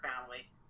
family